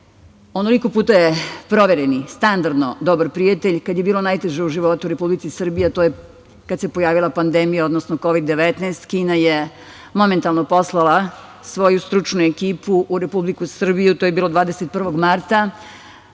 onoliko puta je provereni, standardno dobri prijatelj kada je bilo najteže u životu Republike Srbije, a to je kada se pojavila pandemija, odnosno Kovid-19, Kina je momentalno poslala svoju stručnu ekipu u Republiku Srbiju. To je bilo 21. marta,